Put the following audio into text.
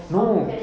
no